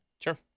Sure